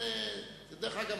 דרך אגב,